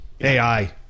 AI